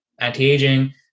anti-aging